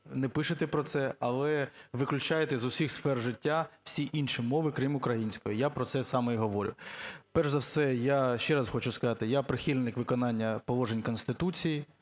не пишете про це. Але виключаєте зі всіх сфер життя всі інші мови, крім української. Я про це саме і говорю. Перш за все я ще раз хочу сказати, я – прихильник виконання положень Конституції.